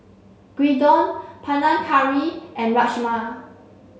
Gyudon Panang Curry and Rajma